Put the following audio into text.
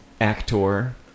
actor